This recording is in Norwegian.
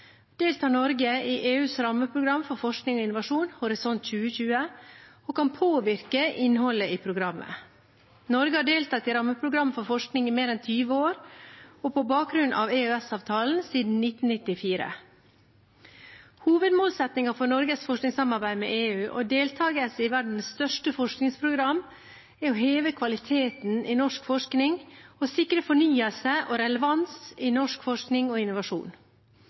deltar Norge i EUs rammeprogram for forskning og innovasjon, Horisont 2020, og kan påvirke innholdet i programmet. Norge har deltatt i rammeprogrammet for forskning i mer enn 20 år og på bakgrunn av EØS-avtalen siden 1994. Hovedmålsettingen for Norges forskningssamarbeid med EU og deltakelse i verdens største forskningsprogram er å heve kvaliteten i norsk forskning og sikre fornyelse og relevans i norsk forskning og innovasjon.